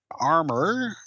armor